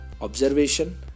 observation